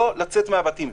לא לצאת מהבתים,